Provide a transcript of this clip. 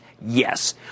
yes